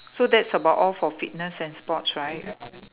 so that's about all for fitness and sports right